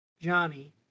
Johnny